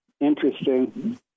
interesting